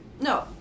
No